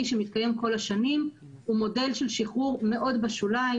שמתקיים כל השנים הוא מודל של שחרור מאוד בשוליים,